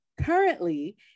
Currently